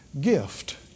gift